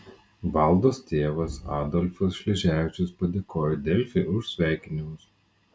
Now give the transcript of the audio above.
valdos tėvas adolfas šleževičius padėkojo delfi už sveikinimus